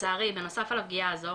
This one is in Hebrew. לצערי בנוסף על הפגיעה הזו,